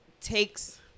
takes